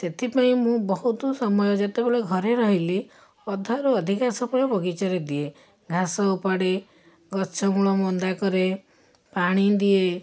ସେଥିପାଇଁ ମୁଁ ବହୁତ ସମୟ ଯେତେବେଳେ ଘରେ ରହିଲି ଅଧାରୁ ଅଧିକା ସମୟ ମୁଁ ବଗିଚାରେ ଦିଏ ଘାସ ଉପାଡ଼େ ଗଛମୂଳ ମନ୍ଦାକରେ ପାଣିଦିଏ